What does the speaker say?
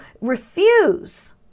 refuse